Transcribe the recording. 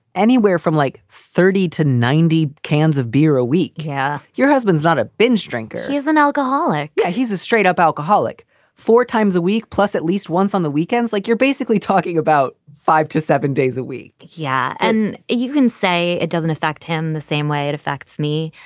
anywhere from like thirty to ninety cans of beer a week. yeah your husband's not a binge drink. he is an alcoholic. yeah he's a straight up alcoholic four times a week plus at least once on the weekends. like you're basically talking about five to seven days a week yeah. and even say it doesn't affect him the same way it affects me.